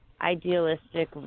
Idealistic